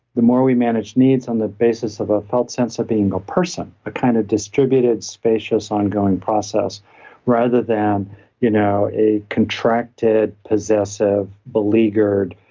the more we manage needs on the basis of a felt sense of being a person, a kind of distributed, spacious, ongoing process rather than you know a contracted, possessive beleaguered,